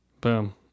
Boom